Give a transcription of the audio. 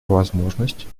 возможность